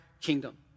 kingdom